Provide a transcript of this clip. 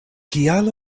kial